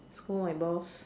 scold my boss